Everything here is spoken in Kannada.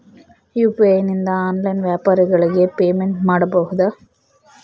ಯು.ಪಿ.ಐ ನಿಂದ ಆನ್ಲೈನ್ ವ್ಯಾಪಾರಗಳಿಗೆ ಪೇಮೆಂಟ್ ಮಾಡಬಹುದಾ?